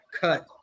cut